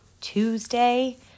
Tuesday